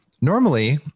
Normally